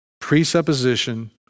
presupposition